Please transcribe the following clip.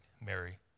Mary